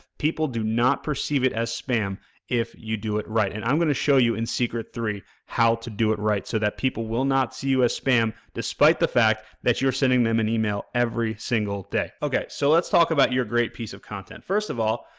people do not perceive it as spam if you do it right and i'm going to show you in secret three, how to do it right so that people will not see you as spam despite the fact that you're sending them an email every single day. okay, so let's talk about your great piece of content. first of all,